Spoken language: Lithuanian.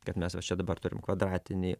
kad mes va čia dabar turim kvadratinį